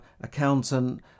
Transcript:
accountant